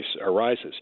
arises